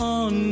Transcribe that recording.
on